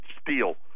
steal